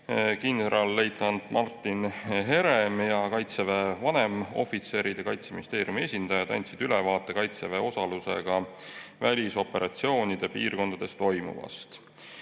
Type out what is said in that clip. kindralleitnant Martin Herem, Kaitseväe vanemohvitserid ja Kaitseministeeriumi esindajad andsid ülevaate Kaitseväe osalusega välisoperatsioonide piirkondades toimuvast.